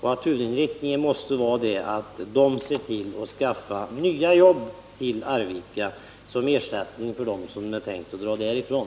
Huvudinriktningen måste bli att Electrolux ser till att skaffa nya jobb till Arvika som ersättning för dem som man tänkt dra därifrån.